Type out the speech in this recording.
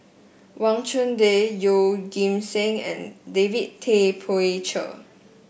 Wang Chunde Yeoh Ghim Seng and David Tay Poey Cher